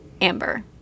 Amber